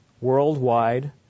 Worldwide